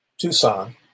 Tucson